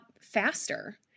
faster